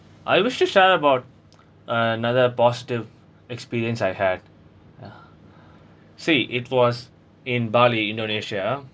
I wish to share about another positive experience I had ya see it was in bali indonesia